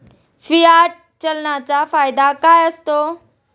Fiat चलनाचा फायदा काय असतो?